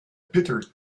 bitter